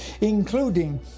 including